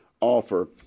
offer